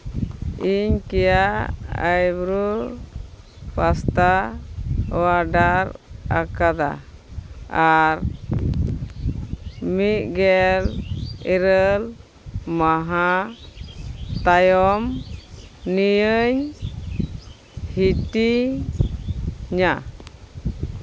ᱤᱧ ᱠᱤᱭᱟ ᱟᱭᱵᱨᱳ ᱯᱟᱥᱛᱟ ᱚᱰᱟᱨ ᱟᱠᱟᱫᱟ ᱟᱨ ᱢᱤᱫᱜᱮᱞ ᱤᱨᱟᱹᱞ ᱢᱟᱦᱟ ᱛᱟᱭᱚᱢ ᱱᱤᱭᱟᱹᱧ ᱦᱮᱴᱤᱧᱟ